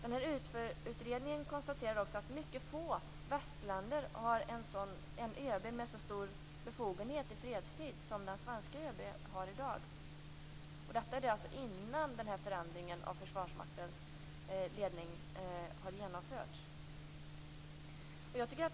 UTFÖR utredningen konstaterade också att mycket få västländer har en ÖB med så stor befogenhet i fredstid som den svenska ÖB har i dag. Detta alltså innan förändringen av Försvarsmaktens ledning har genomförts.